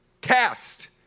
Cast